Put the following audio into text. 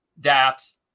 dApps